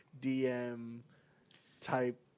DM-type